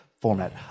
format